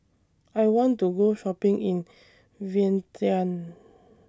I want to Go Shopping in Vientiane